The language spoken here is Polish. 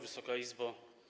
Wysoka Izbo!